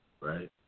right